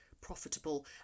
profitable